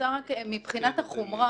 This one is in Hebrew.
מבחינת החומרה,